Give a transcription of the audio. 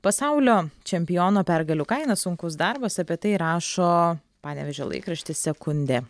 pasaulio čempiono pergalių kaina sunkus darbas apie tai rašo panevėžio laikraštis sekundė